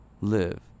live